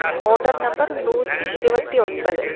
ആ order number നൂറ്റി ഇരുപത്തി ഒൻപത്